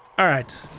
alright.